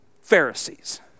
Pharisees